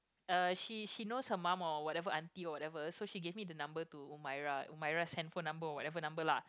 uh she she knows her mum or whatever auntie or whatever so she give me the number to Umairah Umairah's handphone number or whatever number lah